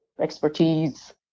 expertise